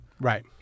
Right